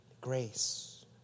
Grace